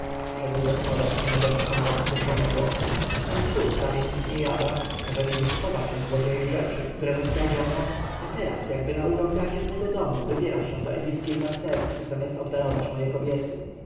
gospodarz nie mogąc pohamować drżenia głosu ten phut prawie nic nie jada każe mi wykupywać od złodziei rzeczy które mu skradziono a teraz jakby na urąganie z mego domu wybiera się do egipskiej tancerki zamiast obdarować moje kobiety